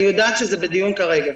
אני יודעת שזה בדיון כרגע.